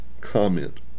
comment